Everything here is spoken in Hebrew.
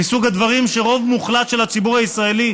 מסוג הדברים שרוב מוחלט של הציבור הישראלי